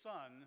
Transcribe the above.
Son